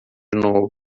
novo